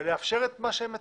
ולאפשר את מה שהן מציעות?